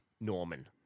Norman